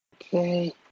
Okay